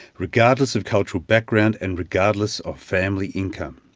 regardless of cultural background and regardless of family income.